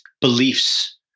beliefs